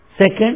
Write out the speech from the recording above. second